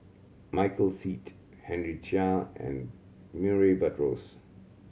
Michael Seet Henry Chia and Murray Buttrose